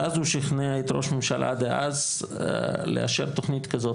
ואז הוא שכנע את ראש הממשלה דאז לאשר תכנית כזאת,